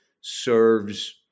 serves